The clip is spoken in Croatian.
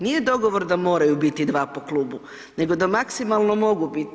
Nije dogovor da moraju biti dva po klubu, nego da maksimalno mogu biti.